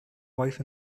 wife